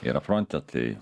yra fronte tai